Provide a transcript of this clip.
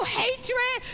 hatred